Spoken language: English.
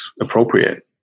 appropriate